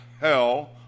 hell